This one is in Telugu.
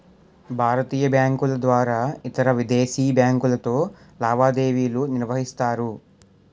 భారతీయ బ్యాంకుల ద్వారా ఇతరవిదేశీ బ్యాంకులతో లావాదేవీలు నిర్వహిస్తారు